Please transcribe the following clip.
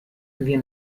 wir